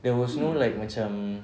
there was no like macam